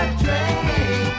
train